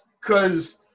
Cause